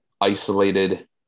isolated